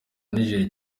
niger